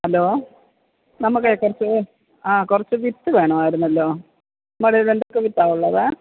hello നമുക്കേ കുറച്ച് ആ കുറച്ച് വിത്ത് വേണമായിരുന്നല്ലെ നിങ്ങളുടെ കയ്യിൽ എന്തൊക്കെ വിത്താണ് ഉള്ളത്